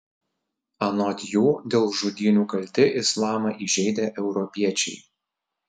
anot jų dėl žudynių kalti islamą įžeidę europiečiai